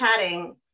chatting